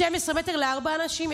12 מטר, לארבעה אנשים.